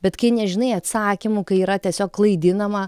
bet kai nežinai atsakymų kai yra tiesiog klaidinama